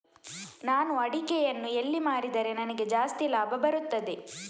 ನಾನು ಅಡಿಕೆಯನ್ನು ಎಲ್ಲಿ ಮಾರಿದರೆ ನನಗೆ ಜಾಸ್ತಿ ಲಾಭ ಬರುತ್ತದೆ?